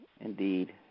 Indeed